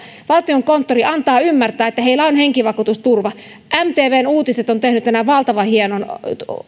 valtiokonttori antaa ymmärtää että heillä on henkivakuutusturva mtvn uutiset on tehnyt tänään valtavan hienon